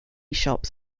shops